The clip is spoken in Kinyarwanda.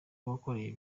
wakoreye